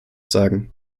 sagen